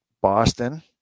Boston